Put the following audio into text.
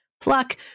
pluck